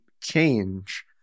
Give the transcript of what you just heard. change